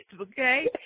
okay